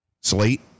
slate